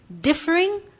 differing